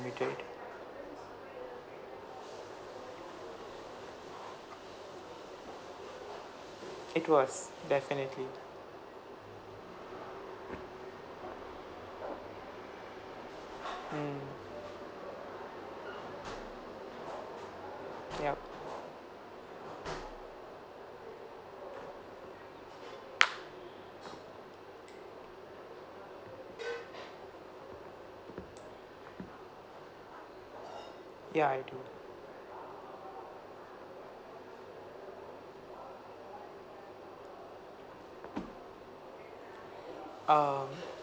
unlimited it was definitely mm yup ya I do um